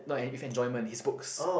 not if enjoyment his books